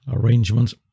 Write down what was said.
arrangements